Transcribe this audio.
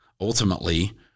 ultimately